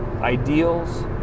ideals